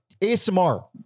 ASMR